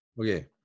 Okay